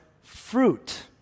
fruit